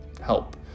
help